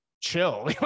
chill